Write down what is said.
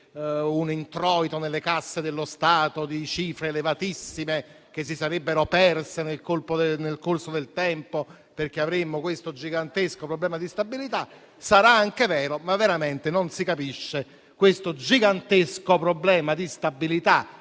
un introito nelle casse dello Stato di cifre elevatissime che si sarebbero perse nel corso del tempo, perché avremmo il gigantesco problema di stabilità. Sarà anche vero, ma veramente non si capisce il gigantesco problema di stabilità